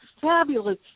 fabulous